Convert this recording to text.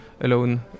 alone